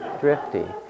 drifty